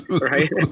Right